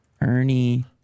Ernie